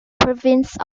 province